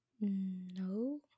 No